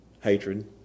hatred